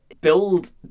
build